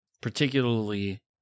Particularly